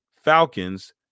Falcons